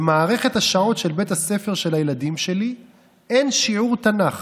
במערכת השעות של בית הספר של הילדים שלי אין שיעור תנ"ך.